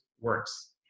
works